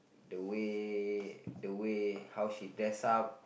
the way the way how she dress up